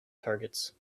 targets